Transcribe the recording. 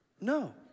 No